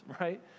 right